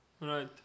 Right